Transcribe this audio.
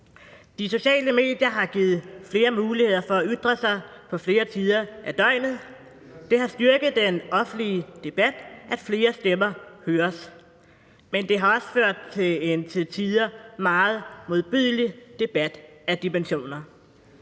De sociale medier har givet flere muligheder for at ytre sig på flere tider af døgnet. Det har styrket den offentlige debat, at flere stemmer høres, men det har også ført til en til tider meget modbydelig debat af dimensioner.